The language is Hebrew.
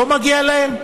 לא מגיע להם?